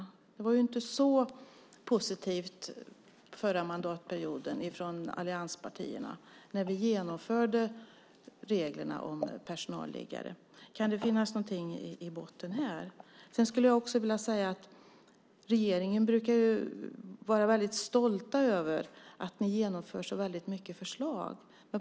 Allianspartierna var inte så positiva förra mandatperioden när vi genomförde reglerna om personalliggare. Kan det finnas någonting i botten här? Sedan skulle jag också vilja säga att regeringen brukar vara stolt över att ni genomför så väldigt många förslag.